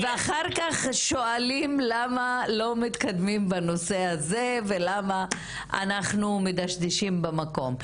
ואחר כך שואלים למה לא מתקדמים בנושא הזה ולמה אנחנו מדשדשים במקום.